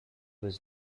was